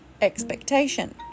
expectation